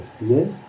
Yes